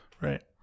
Right